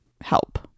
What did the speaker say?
help